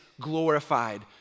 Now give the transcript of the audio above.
glorified